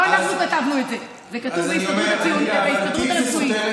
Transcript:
לא אנחנו כתבנו את זה, זה כתוב בהסתדרות הרפואית.